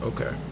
Okay